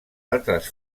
altres